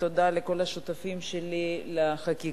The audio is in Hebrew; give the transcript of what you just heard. תודה לכל השותפים שלי לחקיקה,